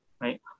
right